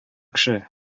кеше